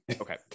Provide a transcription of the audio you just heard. Okay